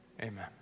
amen